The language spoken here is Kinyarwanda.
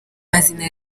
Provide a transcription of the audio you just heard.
mazina